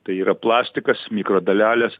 tai yra plastikas mikrodalelės